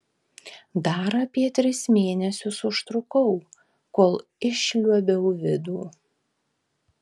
dar apie tris mėnesius užtrukau kol išliuobiau vidų